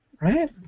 right